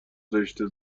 زشته